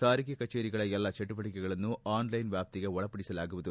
ಸಾರಿಗೆ ಕಚೇರಿಗಳ ಎಲ್ಲಾ ಚಟುವಟಕೆಗಳನ್ನೂ ಆನ್ಲೈನ್ ವ್ಲಾಪ್ತಿಗೆ ಒಳಪಡಿಸಲಾಗುವುದು